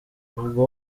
ubwo